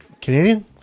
Canadian